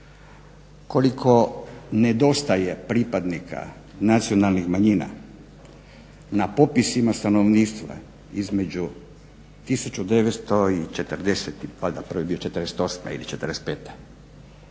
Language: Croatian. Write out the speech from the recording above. koliko nedostaje pripadnika nacionalnih manjina na popisima stanovništva između 1948., valjda je prvi bio 1948. ili 1945.